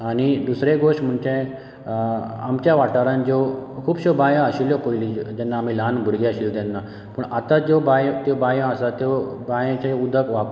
आनी दुसरे गोश्ट म्हणजे आमच्या वाठारांत ज्यो खुबश्यो बांयो आशिल्ल्यो पयलींच्यो जेन्ना आमी ल्हान भुरगे आशिल तेन्ना पूण आतां ज्यो बांयो त्यो बांयो आसा त्यो बायचें उदक वाप